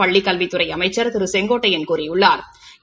பள்ளிக்கல்வித்துறை அமைச்சா் Thiru K A Sengottaiyan கூறியுள்ளாா்